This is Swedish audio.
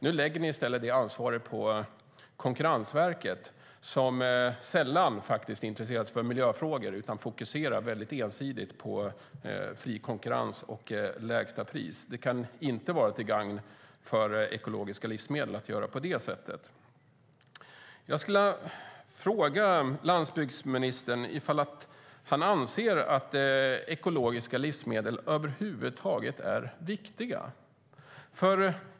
Nu lägger ni i stället det ansvaret på Konkurrensverket, som sällan intresserar sig för miljöfrågor utan ensidigt fokuserar på fri konkurrens och lägsta pris. Det kan inte vara till gagn för ekologiska livsmedel att göra på det sättet. Jag skulle vilja fråga ifall landsbygdsministern anser att ekologiska livsmedel över huvud taget är viktiga.